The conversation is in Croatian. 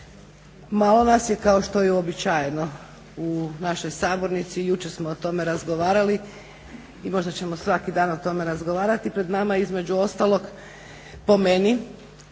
malo nas je kao što je i uobičajeno u našoj sabornici, jučer smo o tome razgovarali, i možda ćemo svaki dan o tome razgovarati. Pred nama je između ostalog, po meni,